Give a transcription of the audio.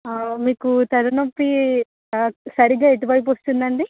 మీకు తలనొప్పి సరిగా ఎటువైపు వస్తుంది అండి